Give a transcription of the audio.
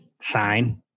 sign